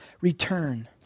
return